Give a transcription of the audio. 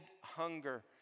hunger